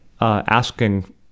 asking